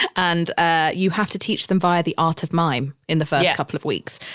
and ah you have to teach them via the art of mime in the first couple of weeks.